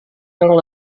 yang